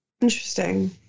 Interesting